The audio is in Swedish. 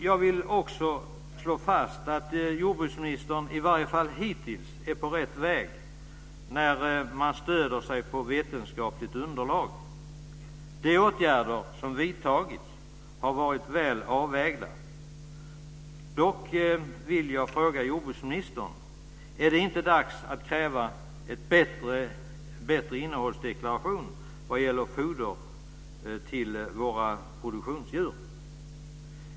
Jag vill också slå fast att jordbruksministern i varje fall hittills är på rätt väg när hon stöder sig på vetenskapligt underlag. De åtgärder som vidtagits har varit väl avvägda. Dock vill jag fråga jordbruksministern: Är det inte dags att kräva en bättre innehållsdeklaration när det gäller foder till våra produktionsdjur?